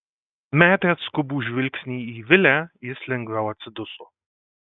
metęs skubų žvilgsnį į vilę jis lengviau atsiduso